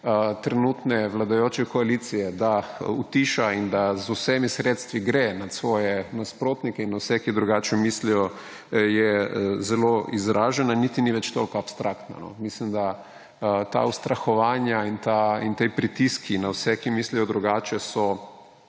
trenutne vladajoče koalicije, da utiša in da z vsemi sredstvi gre nad svoje nasprotnike in vse, ki drugače mislijo, zelo izražen in niti ni več toliko abstrakten. Mislim, da so ta ustrahovanja in ti pritiski na vse, ki mislijo drugače,